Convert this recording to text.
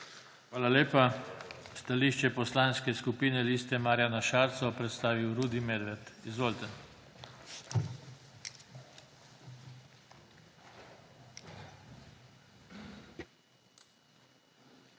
Hvala lepa. Stališče Poslanske skupine Liste Marjana Šarca bo predstavil Rudi Medved. Izvolite. **RUDI